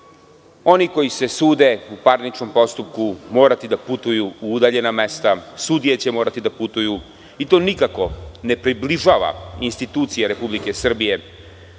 oni koji se sude u parničnom postupku morati da putuju u udaljena mesta, sudije će morati da putuju i to nikako ne približava institucije Republike Srbije